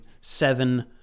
seven